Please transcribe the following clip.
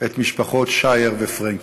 את משפחות שער ופרנקל.